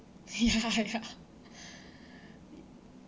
ya ya